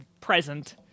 present